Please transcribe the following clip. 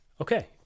Okay